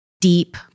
deep